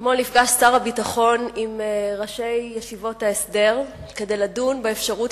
אתמול נפגש שר הביטחון עם ראשי ישיבות ההסדר כדי לדון באפשרות,